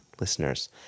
listeners